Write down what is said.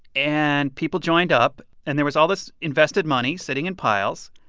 and people joined up. and there was all this invested money sitting in piles.